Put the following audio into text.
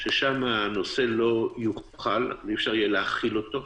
שם הנושא לא יוכל, כלומר אי-אפשר יהיה להכילו.